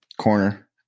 corner